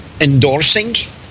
endorsing